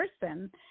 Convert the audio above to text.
person